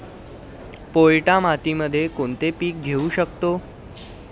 पोयटा मातीमध्ये कोणते पीक घेऊ शकतो?